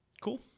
Cool